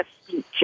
speech